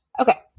Okay